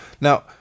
Now